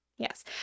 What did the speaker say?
Yes